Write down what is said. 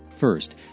First